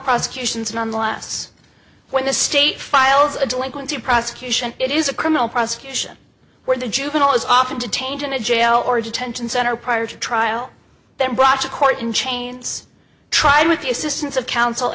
prosecutions nonetheless when the state files a delinquency prosecution it is a criminal prosecution where the juvenile is often detained in a jail or a detention center prior to trial then brought to court in chains tried with the assistance of coun